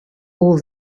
all